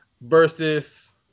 versus